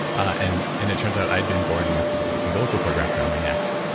and and it turns out i had been born with the umbilical cord around around my neck,